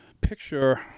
picture